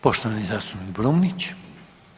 Poštovani zastupnik Brumnić.